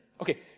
Okay